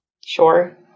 Sure